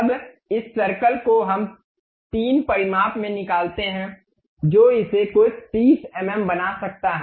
अब इस सर्कल को हम 3 परिमाप में निकालते हैं जो इसे कुछ 30 एमएम बना सकता है